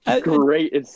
great